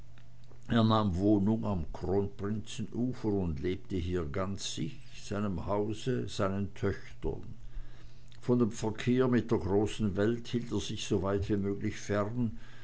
wohnung am kronprinzenufer und lebte hier ganz sich seinem hause seinen töchtern von dem verkehr mit der großen welt hielt er sich so weit wie möglich fern